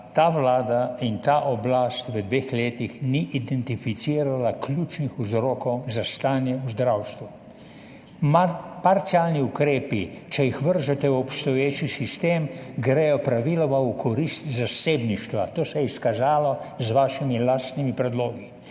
ta vlada in ta oblast v dveh letih ni identificirala ključnih vzrokov za stanje v zdravstvu. Parcialni ukrepi, če jih vržete v obstoječi sistem, gredo praviloma v korist zasebništva. To se je izkazalo z vašimi lastnimi predlogi.